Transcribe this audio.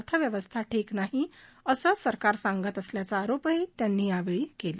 अर्थव्यवस्था ठिक नाही असे सरकार सांगत असल्याचा आरोपही त्यांनी यावेळी केला